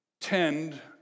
tend